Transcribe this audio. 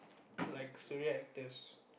like Suria actors